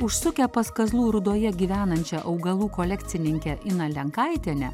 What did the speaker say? užsukę pas kazlų rūdoje gyvenančią augalų kolekcininkę iną lenkaitienę